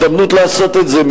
הזדמנות לעשות את זה,